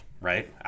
Right